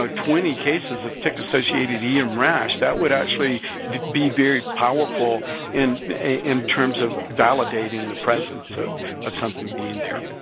ah twenty cases of tick-associated em rash. that would actually be very powerful in in terms of validating the presence of of something being there